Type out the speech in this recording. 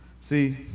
See